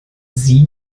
sie